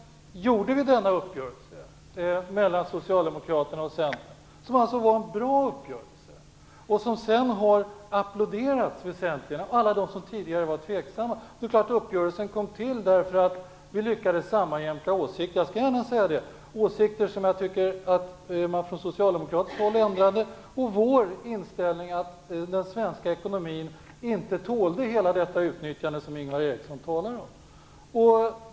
Sedan gjorde Socialdemokraterna och Centern en uppgörelse som var bra och som sedan väsentligen har applåderats av alla som tidigare var tveksamma. Uppgörelsen kom ju till därför att vi lyckades sammanjämka åsikter. Vår inställning var att den svenska ekonomin inte tålde hela det utnyttjande som Ingvar Eriksson talar om.